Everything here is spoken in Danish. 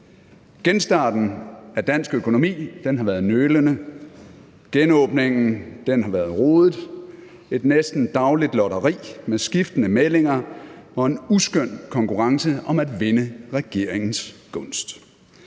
Genstarten af dansk økonomi har været nølende. Genåbningen har været rodet: et næsten dagligt lotteri med skiftende meldinger og en uskøn konkurrence om at vinde regeringens gunst,